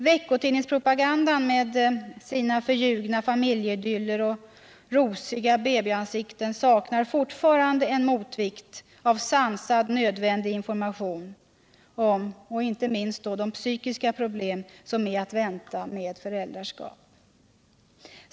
Veckotidningspropagandan med sina förljugna familjeidyller och rosiga babyansikten saknar fortfarande en motvikt av sansad nödvändig information om inte minst de psykiska problem som är att vänta i samband med ett föräldraskap.